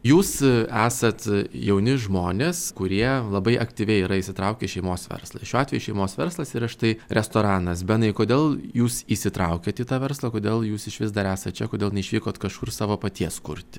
jūs esat jauni žmonės kurie labai aktyviai yra įsitraukę į šeimos verslą šiuo atveju šeimos verslas yra štai restoranas benai kodėl jūs įsitraukėt į tą verslą kodėl jūs išvis dar esat čia kodėl neišvykot kažkur savo paties kurti